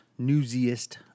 newsiest